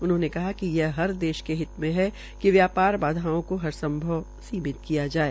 उन्होंने कहा कि यह हर देश के हित में है कि व्यापार बाधाओं का हरसभव सीमित किया जाये